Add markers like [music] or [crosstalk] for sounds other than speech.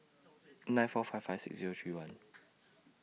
[noise] nine four five five six Zero three one